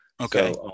Okay